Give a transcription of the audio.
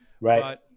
Right